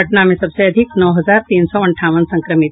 पटना में सबसे अधिक नौ हजार तीन सौ अंठावन संक्रमित